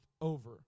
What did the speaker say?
over